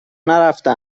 نرفته